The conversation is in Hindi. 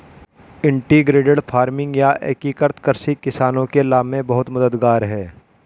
इंटीग्रेटेड फार्मिंग या एकीकृत कृषि किसानों के लाभ में बहुत मददगार है